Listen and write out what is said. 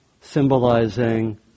symbolizing